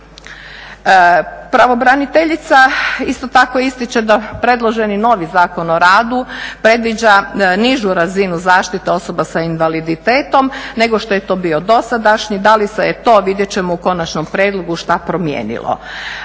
Pravobraniteljica isto tako ističe da predloženi novi Zakon o radu predviđa nižu razinu zaštitu osoba s invaliditetom nego što je to bio dosadašnji. Da li se je to vidjet ćemo u konačnom prijedlogu šta promijenilo.